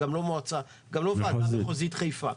גם לא של מועצה וגם לא של ועדה מחוזית חיפה.